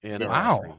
Wow